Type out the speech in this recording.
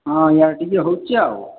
ହଁ ଇୟାଡ଼େ ଟିକେ ହେଉଛି ଆଉ